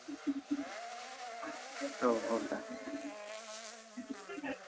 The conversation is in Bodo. औ औ सार